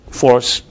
force